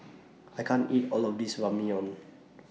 I can't eat All of This Ramyeon